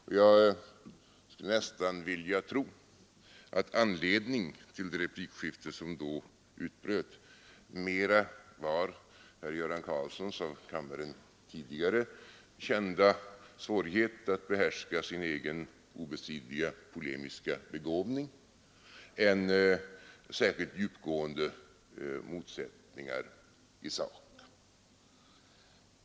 Jag skulle nästan vilja tro att anledningen till det replikskifte som då utbröt mera var herr Göran Karlssons av kammaren tidigare kända svårighet att behärska sin egen obestridliga polemiska begåvning än särskilt djupgående motsättningar i sak.